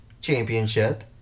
championship